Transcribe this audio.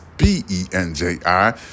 B-E-N-J-I